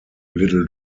little